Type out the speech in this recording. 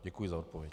Děkuji za odpověď.